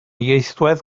ieithwedd